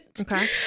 Okay